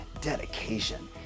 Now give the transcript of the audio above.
dedication